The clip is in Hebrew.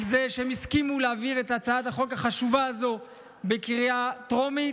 על זה שהם הסכימו להעביר את הצעת החוק החשובה הזאת בקריאה טרומית,